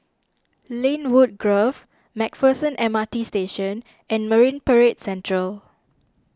Lynwood Grove MacPherson M R T Station and Marine Parade Central